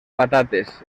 patates